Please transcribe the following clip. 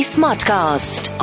Smartcast